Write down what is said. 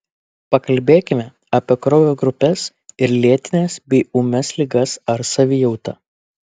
pakalbėkime apie kraujo grupes ir lėtines bei ūmias ligas ar savijautą